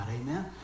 Amen